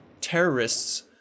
terrorists